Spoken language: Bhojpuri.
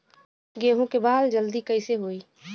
गेहूँ के बाल जल्दी कईसे होई?